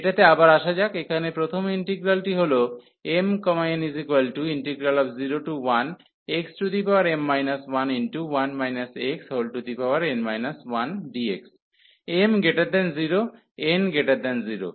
এটাতে আবার আসা যাক এখানে প্রথম ইন্টিগ্রালটি হল mn01xm 11 xn 1dxm0n0